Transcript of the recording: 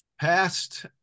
past